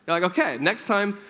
but like ok, next time,